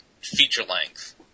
feature-length